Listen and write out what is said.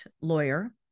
lawyer